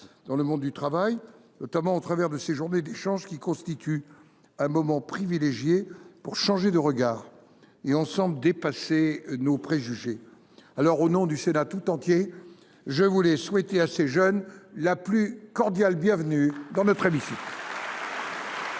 dans le monde du travail, notamment au travers de ces journées d’échanges qui constituent un moment privilégié pour changer de regard et, ensemble, dépasser nos préjugés. Au nom du Sénat tout entier, je souhaite à ces jeunes la plus cordiale bienvenue dans notre hémicycle.